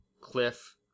cliff